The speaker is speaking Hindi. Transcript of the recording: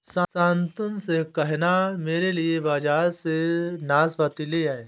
शांतनु से कहना मेरे लिए बाजार से नाशपाती ले आए